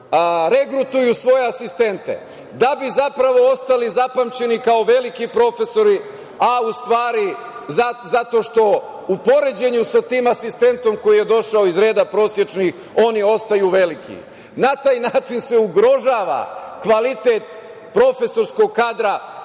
regrutuju svoje asistente, da bi zapravo ostali zapamćeni kao veliki profesori, a u stvari zato što u poređenju sa tim asistentom koji je došao iz reda prosečnih, oni ostaju veliki. Na taj način se ugrožava kvalitet profesorskog kadra